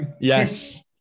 Yes